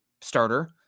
starter